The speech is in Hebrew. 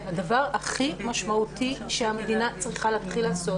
הדבר הכי משמעותי שהמדינה צריכה להתחיל לעשות